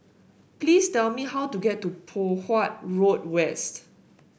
please tell me how to get to Poh Huat Road West